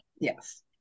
Yes